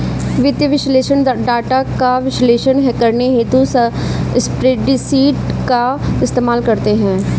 वित्तीय विश्लेषक डाटा का विश्लेषण करने हेतु स्प्रेडशीट का इस्तेमाल करते हैं